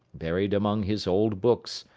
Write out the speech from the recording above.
buried among his old books,